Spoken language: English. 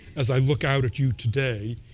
as i look out at you today,